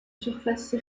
surface